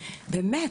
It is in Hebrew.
באמת.